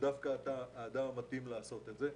דווקא אתה האדם המתאים לעשות את זה.